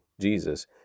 Jesus